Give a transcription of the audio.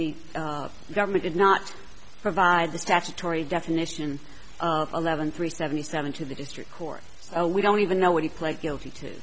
the government did not provide the statutory definition of eleven three seventy seven to the district court so we don't even know what he pled guilty to